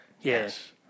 Yes